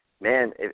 man